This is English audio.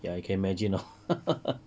ya you can imagine you know